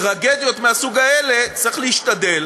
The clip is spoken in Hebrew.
טרגדיות מהסוג הזה, צריך להשתדל